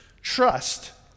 trust